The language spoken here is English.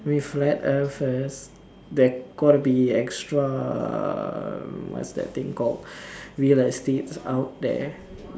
we flat earthers there gotta to be extra what's that thing called real estates out there